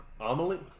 Amelie